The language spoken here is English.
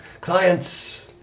clients